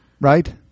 Right